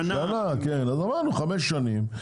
לכן אמרנו ניסיון של חמש שנים.